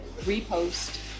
repost